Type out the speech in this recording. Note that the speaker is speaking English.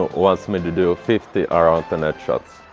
wants me to do fifty around the net shots.